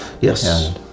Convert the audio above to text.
Yes